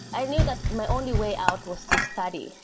i knew that my only way out was to study.